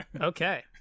Okay